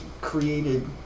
created